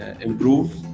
improve